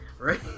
right